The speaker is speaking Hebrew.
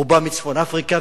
רובם מצפון-אפריקה,